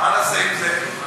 מה נעשה עם זה?